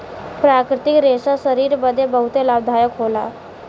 प्राकृतिक रेशा शरीर बदे बहुते लाभदायक होला